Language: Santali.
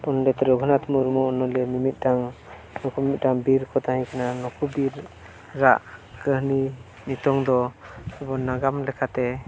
ᱯᱚᱸᱰᱤᱛ ᱨᱚᱜᱷᱩᱱᱟᱛᱷ ᱢᱩᱨᱢᱩ ᱱᱩᱭ ᱫᱚ ᱢᱤᱫᱴᱟᱝ ᱱᱩᱠᱩ ᱢᱤᱫᱴᱟᱝ ᱵᱤᱨ ᱠᱚ ᱛᱟᱦᱮᱸᱠᱟᱱᱟ ᱱᱩᱠᱩ ᱵᱤᱨᱟᱜ ᱠᱟᱹᱦᱱᱤ ᱱᱤᱛᱳᱜ ᱫᱚ ᱱᱟᱜᱟᱢ ᱞᱮᱠᱟᱛᱮ